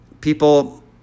people